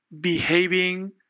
behaving